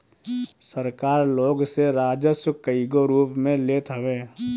सरकार लोग से राजस्व कईगो रूप में लेत हवे